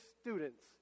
students